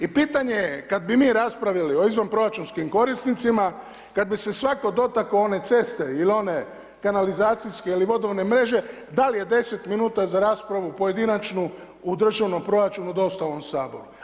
I pitanje je kad bi mi raspravljali o izvanproračunskim korisnicima, kad bi se svatko dotakao one ceste il one kanalizacijske ili vodovodne mreže da li je 10 minuta za raspravu pojedinačnu u državnom proračunu dosta u ovom saboru.